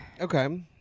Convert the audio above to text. okay